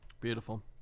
Beautiful